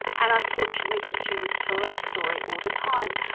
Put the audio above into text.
and unfortunately consumers tell that story all the time.